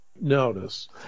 notice